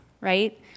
right